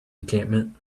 encampment